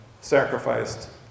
sacrificed